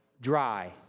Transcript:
dry